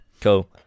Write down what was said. Cool